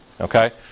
Okay